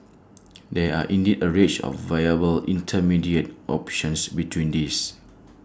there are indeed A range of viable intermediate options between these